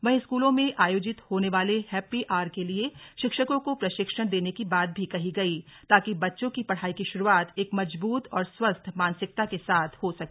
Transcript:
वहीं स्कूलों में आयोजित होने वाले हैप्पी हावर के लिये शिक्षकों को प्रशिक्षण देने की बात भी कही गई ताकि बच्चों की पढ़ाई की शुरूआत एक मजबूत और स्वस्थ मानसिकता के साथ हो सके